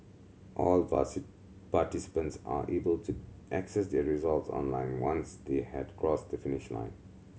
all participants are able to access their results online once they had crossed the finish line